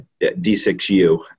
D6U